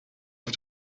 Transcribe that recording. auf